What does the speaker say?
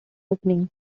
openings